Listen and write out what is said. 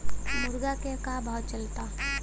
मुर्गा के का भाव चलता?